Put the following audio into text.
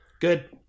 Good